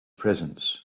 presence